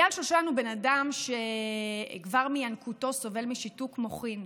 אייל שושן הוא בן אדם שכבר מינקותו סובל משיתוק מוחין.